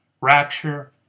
rapture